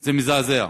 זה מזעזע.